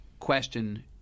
question